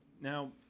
now